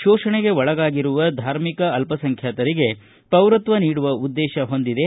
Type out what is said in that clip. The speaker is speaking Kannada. ಶೋಷಣೆಗೆ ಒಳಗಾಗಿರುವ ಧಾರ್ಮಿಕ ಅಲ್ಪಸಂಖ್ಯಾತರಿಗೆ ಪೌರತ್ವ ನೀಡುವ ಉದ್ದೇತ ಹೊಂದಿದೆ